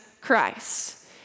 Christ